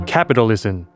Capitalism